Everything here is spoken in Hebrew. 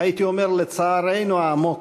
הייתי אומר לצערנו העמוק,